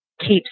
keeps